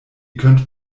könnt